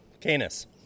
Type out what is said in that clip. Canis